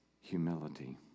Humility